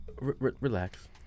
Relax